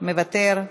מוותר,